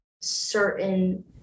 certain